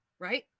right